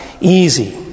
easy